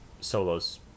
Solos